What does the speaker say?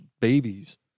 babies